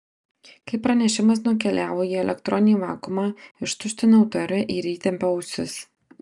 kai pranešimas nukeliavo į elektroninį vakuumą ištuštinau taurę ir įtempiau ausis